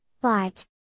Bart